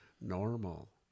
normal